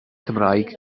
cymraeg